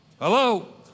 Hello